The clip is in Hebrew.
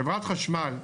חברת חשמל.